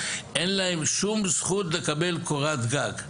אין להם שום זכות לקבל קורת גג.